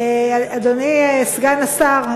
אדוני סגן השר,